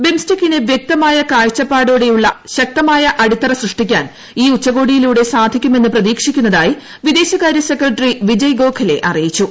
ബിംസ്റ്റെകിന് വൃക്തമായ കാഴ്ചപ്പാടോടെയുള്ള ശക്തമായ അടിത്തറ സൃഷ്ടിക്കാൻ ഈ ഉച്ചകോടിയിലൂടെ സാധിക്കുമെന്ന് പ്രതീക്ഷിക്കുന്നതായി വിദേശകാര്യ സെക്രട്ടറി വിജയ് ഗോഖലെ അറിയിച്ചു